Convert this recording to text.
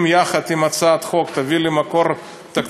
אם יחד עם הצעת החוק תביא לי מקור תקציבי,